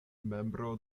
membro